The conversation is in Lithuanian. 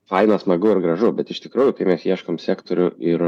faina smagu ir gražu bet iš tikrųjų tai mes ieškom sektorių ir